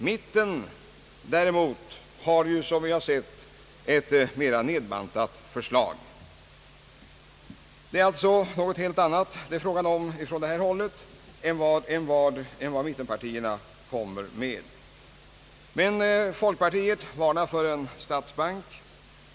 Mittenpartierna däremot har, som vi sett, ett mera nedbantat förslag. Det är alltså fråga om någonting helt annat som TCO tillstyrker än vad mittenpartierna kommer med. Men folkpartiet varnar för en stats bank.